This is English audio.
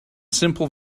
simple